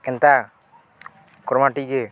ଏନ୍ତା କର୍ବା ଯେ